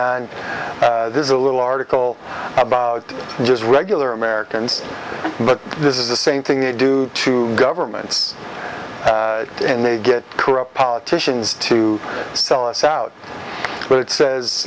gone and there's a little article about just regular americans but this is the same thing it do to governments and they get corrupt politicians to sell us out but it says